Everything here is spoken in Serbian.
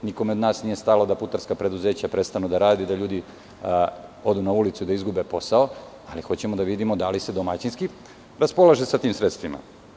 Nikome od nas nije stalo da putarska preduzeća prestanu da rade i da ljudi odu na ulice i izgube posao, ali hoćemo da vidimo da li se domaćinski raspolaže sa tim sredstvima.